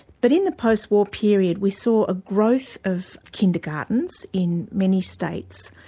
but in the post-war period we saw a growth of kindergartens in many states,